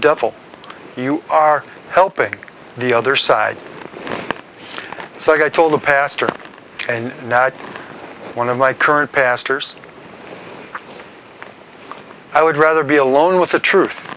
devil you are helping the other side so i told the pastor and one of my current pastors i would rather be alone with the truth